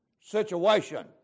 situation